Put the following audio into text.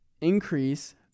increase